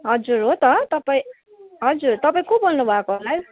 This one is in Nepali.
हजुर हो त तपाईँ हजुर तपाईँ को बोल्नु भएको होला है